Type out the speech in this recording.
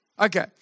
Okay